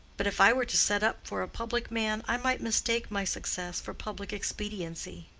but if i were to set up for a public man i might mistake my success for public expediency.